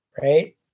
right